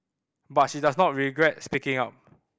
but she does not regret speaking up